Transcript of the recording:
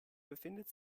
befindet